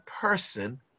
person